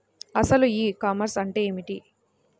అసలు ఈ కామర్స్ అంటే ఏమిటి?